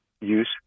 use